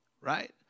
Right